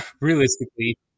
realistically